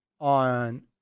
on